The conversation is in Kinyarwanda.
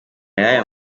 y’aya